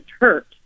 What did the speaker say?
hurt